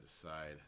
decide